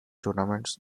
tournaments